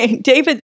David